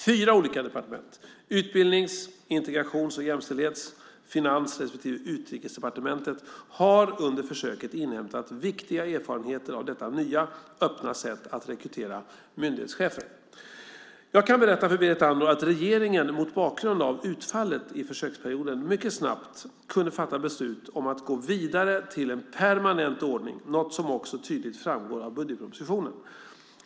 Fyra olika departement, Utbildnings-, Integrations och jämställdhets-, Finans respektive Utrikesdepartementet har under försöket inhämtat viktiga erfarenheter av detta nya, öppna sätt att rekrytera myndighetschefer. Jag kan berätta för Berit Andnor att regeringen, mot bakgrund av utfallet i försöksperioden, mycket snabbt kunde fatta beslut om att gå vidare till en permanent ordning, något som också tydligt framgår av budgetpropositionen.